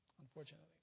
unfortunately